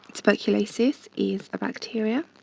tuberculosis is a bacteria